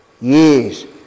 years